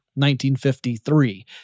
1953